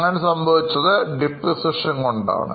അങ്ങനെ സംഭവിച്ചത് depreciation കൊണ്ടാണ്